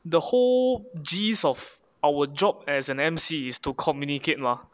the whole gist of our job as an emcee is to communicate mah